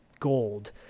gold